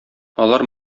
алар